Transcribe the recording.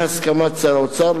בהסכמת שר האוצר,